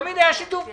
תמיד היה שיתוף פעולה.